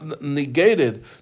negated